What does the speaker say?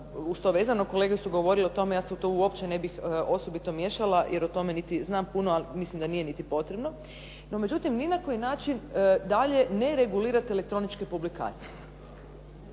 uz to vezana. Kolege su govorile o tome, ja se u to uopće ne bih osobito miješala, jer o tome niti znam puno, a mislim da nije niti potrebno. No međutim, ni na koji način dalje ne regulirate elektroničke publikacije.